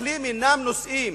המתנחלים אינם נושאים,